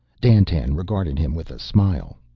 dandtan regarded him with a smile.